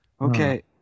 Okay